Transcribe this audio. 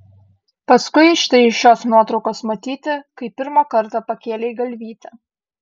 paskui štai iš šios nuotraukos matyti kai pirmą kartą pakėlei galvytę